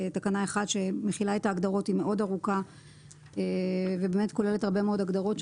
תקנה 1 שמכילה את ההגדרות היא מאוד ארוכה וכוללת הרבה מאוד הגדרות,